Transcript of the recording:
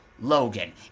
Logan